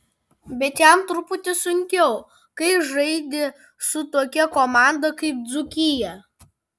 bet jam truputį sunkiau kai žaidi su tokia komanda kaip dzūkija